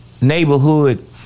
neighborhood